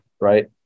right